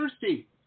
thirsty